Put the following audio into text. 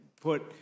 put